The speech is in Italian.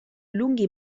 lunghi